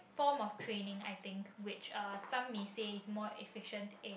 form of training I think which uh some may say is more efficient in